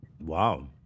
Wow